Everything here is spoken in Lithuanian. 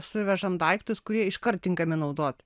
suvežam daiktus kurie iškart tinkami naudot